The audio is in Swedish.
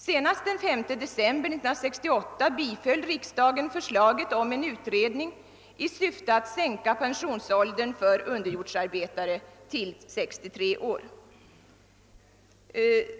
Senast den 5 december 1968 biföll riksdagen förslaget om en utredning i syfte att sänka pensionsåldern för underjordsarbetare till 63 år.